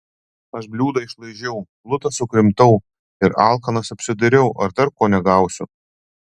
aš bliūdą išlaižiau plutą sukrimtau ir alkanas apsidairiau ar dar ko negausiu